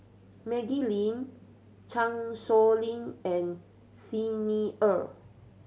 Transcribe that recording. Maggie Lim Chan Sow Lin and Xi Ni Er